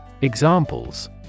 Examples